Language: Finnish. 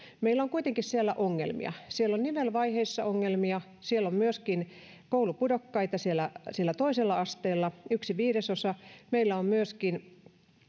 meillä on kuitenkin siellä ongelmia siellä on nivelvaiheessa ongelmia siellä on myöskin koulupudokkaita toisella asteella yksi viidesosa meillä on myöskin